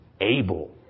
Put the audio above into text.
able